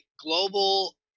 global